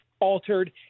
altered